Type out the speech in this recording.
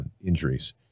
injuries